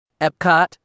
Epcot